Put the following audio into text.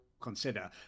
consider